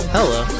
Hello